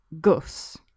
gus